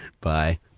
Bye